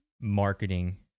marketing